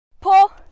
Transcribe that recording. pull